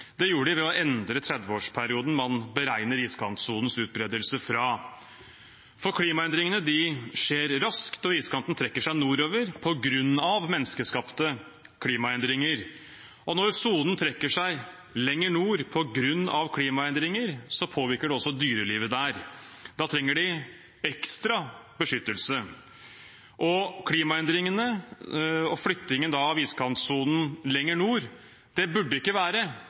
Det gjorde de ved å endre 30-årsperioden man beregner iskantsonens utbredelse fra, for klimaendringene skjer raskt, og iskanten trekker seg nordover på grunn av menneskeskapte klimaendringer. Når sonen trekker seg lenger nord på grunn av klimaendringer, påvirker det også dyrelivet der, og da trenger de ekstra beskyttelse. Flyttingen av iskantsonen lenger nord burde ikke være